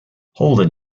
holden